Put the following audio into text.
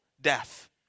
death